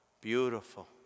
beautiful